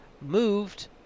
moved